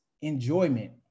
enjoyment